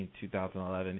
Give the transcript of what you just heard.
2011